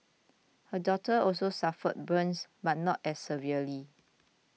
her daughter also suffered burns but not as severely